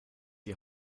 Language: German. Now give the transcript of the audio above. die